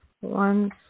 One